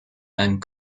and